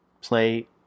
play